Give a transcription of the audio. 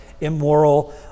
immoral